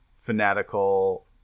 fanatical